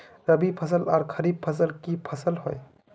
रवि फसल आर खरीफ फसल की फसल होय?